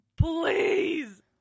Please